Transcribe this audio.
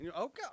Okay